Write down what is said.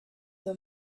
the